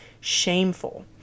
shameful